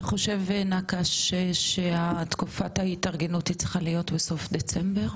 אתה חושב נקש שתקופת ההתארגנות היא צריכה להיות בסוף דצמבר?